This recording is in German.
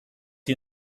die